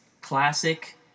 classic